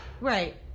Right